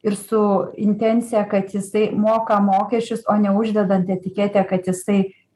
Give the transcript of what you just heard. ir su intencija kad jisai moka mokesčius o ne uždedant etiketę kad jisai